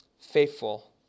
faithful